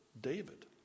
David